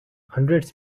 hundreds